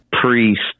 Priest